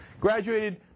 Graduated